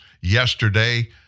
yesterday